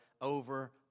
over